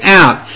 out